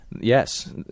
Yes